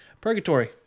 Purgatory